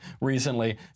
recently